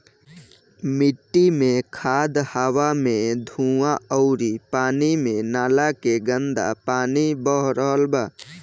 मिट्टी मे खाद, हवा मे धुवां अउरी पानी मे नाला के गन्दा पानी बह रहल बा